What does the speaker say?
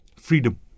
Freedom